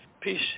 peace